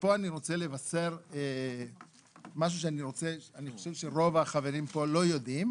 ופה אני רוצה לבשר משהו שאני חושב שרוב החברים פה לא יודעים,